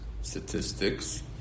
statistics